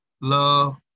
love